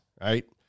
right